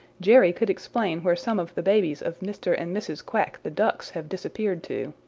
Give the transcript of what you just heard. jerry could explain where some of the babies of mr. and mrs. quack the ducks have disappeared to.